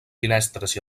finestres